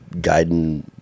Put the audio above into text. guiding